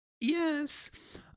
Yes